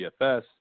DFS